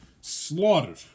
slaughtered